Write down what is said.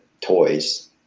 toys